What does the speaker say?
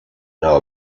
know